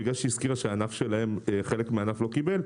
בגלל שהיא הזכירה שחלק מהענף לא קיבל,